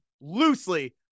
loosely